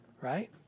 right